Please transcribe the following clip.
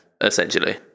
essentially